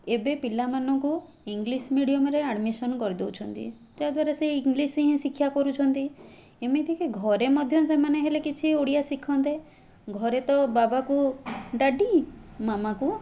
ଏବେ ପିଲାମାନଙ୍କୁ ଇଂଲିଶ୍ ମିଡ଼ିୟମରେ ଆଡ଼ମିଶନ୍ କରିଦେଉଛନ୍ତି ଯାହାଦ୍ୱାରା ସେ ଇଂଲିଶ୍ ହିଁ ଶିକ୍ଷା କରୁଛନ୍ତି ଏମିତିକି ଘରେ ମଧ୍ୟ ସେମାନେ ହେଲେ କିଛି ଓଡ଼ିଆ ଶିକ୍ଷନ୍ତେ ଘରେ ତ ବାବାକୁ ଡାଡ଼ି ମାମାକୁ